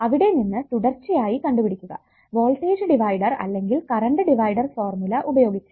അവിടെ നിന്ന് തുടർച്ചയായി കണ്ടുപിടിക്കുക വോൾടേജ് ഡിവൈഡർ അല്ലെങ്കിൽ കറണ്ട് ഡിവൈഡർ ഫോർമുല ഉപയോഗിച്ച്